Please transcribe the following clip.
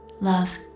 love